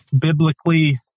biblically